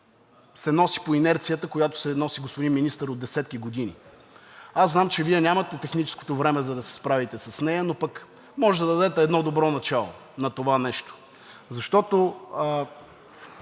се носи по инерцията, която се носи, господин Министър, от десетки години. Знам, че Вие нямате техническото време, за да се справите с нея, но може да дадете едно добро начало на това нещо. Защото